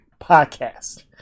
podcast